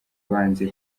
banze